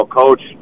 coach